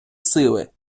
сили